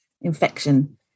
infection